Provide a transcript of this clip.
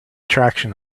traction